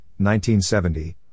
1970